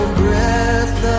breath